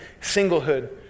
singlehood